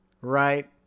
right